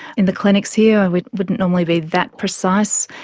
in the clinics here we wouldn't normally be that precise.